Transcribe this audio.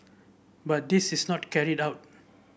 but this is not carried out